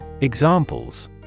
Examples